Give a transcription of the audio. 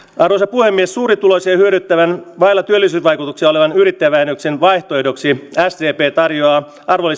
puhemies suurituloisia hyödyttävän vailla työllisyysvaikutuksia olevan yrittäjävähennyksen vaihtoehdoksi sdp tarjoaa